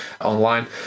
online